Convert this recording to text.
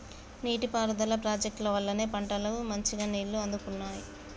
నీటి పారుదల ప్రాజెక్టుల వల్లనే పంటలకు మంచిగా నీళ్లు అందుతున్నాయి